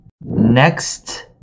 Next